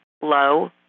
low